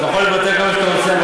שאתה יכול לוותר כמה שאתה רוצה,